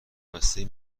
بسته